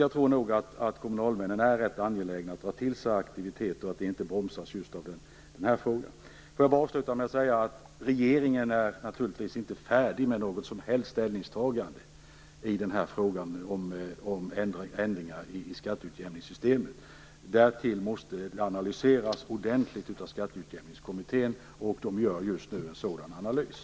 Jag tror nog att kommunalmännen är rätt angelägna om att dra till sig aktiviteter och om att dessa inte bromsas just av den här frågan. Avslutningsvis vill jag säga att regeringen naturligtvis inte är färdig med något som helst ställningstagande i frågan om ändringar i skatteutjämningssystemet. Därtill kommer att detta måste analyseras ordentligt av Skatteutjämningkommittén, som just nu gör en sådan analys.